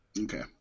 Okay